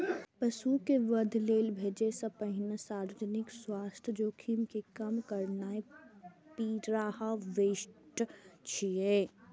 पशु कें वध लेल भेजै सं पहिने सार्वजनिक स्वास्थ्य जोखिम कें कम करनाय प्रीहार्वेस्ट छियै